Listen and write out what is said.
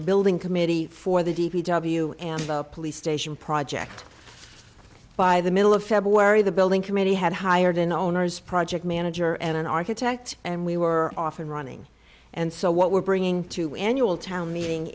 a building committee for the d p w and about police station project by the middle of february the building committee had hired an owner's project manager and an architect and we were off and running and so what we're bringing to the annual town meeting